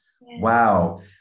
Wow